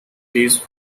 these